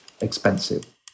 expensive